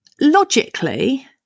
logically